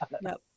Nope